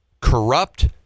Corrupt